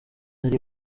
ari